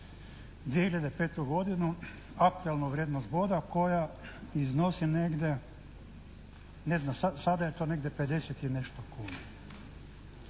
2005. godinu aktualnu vrijednost boda koja iznosi negdje, sada je to negdje 50 i nešto kuna.